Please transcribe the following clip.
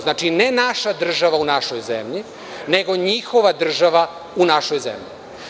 Znači, ne naša država u našoj zemlji, nego njihova država u našoj zemlji.